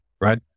right